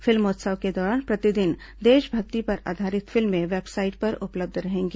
फिल्मोत्सव के दौरान प्रतिदिन देशभक्ति पर आधारित फिल्में वेबसाइट पर उपलब्ध रहेंगी